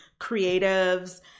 creatives